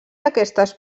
aquestes